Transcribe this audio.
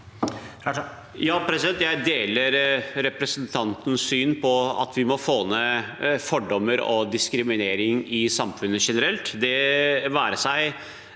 (V) Jeg deler representanten Gulatis syn på at vi må få ned fordommer og diskriminering i samfunnet generelt, det være seg